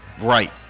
right